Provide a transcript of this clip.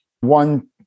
one